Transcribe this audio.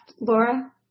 Laura